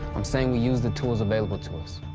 i'm saying we use the tools available to us.